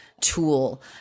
tool